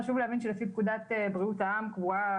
חשוב להבין שלפי פקודת בריאות העם קבועה